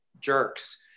jerks